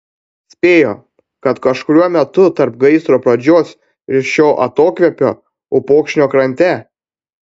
spėjo kad kažkuriuo metu tarp gaisro pradžios ir šio atokvėpio upokšnio krante